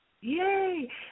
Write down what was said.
Yay